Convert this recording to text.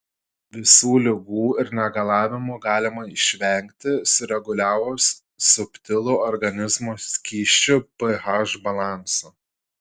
visų ligų ir negalavimų galima išvengti sureguliavus subtilų organizmo skysčių ph balansą